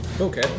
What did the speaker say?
Okay